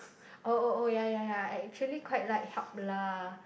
oh oh oh ya ya ya I actually quite like help lah